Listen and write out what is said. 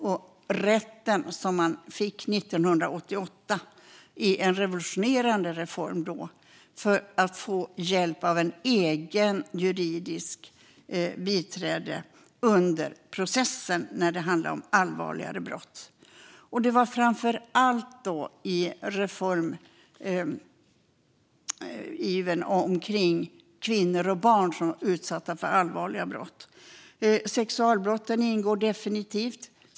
År 1988 skedde en revolutionerande reform, då man fick rätt att få hjälp av ett eget juridiskt biträde under processen när det skett allvarligare brott. Reformivern gällde framför allt kvinnor och barn som utsatts för allvarliga brott. Sexualbrotten ingår definitivt.